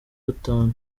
gatanu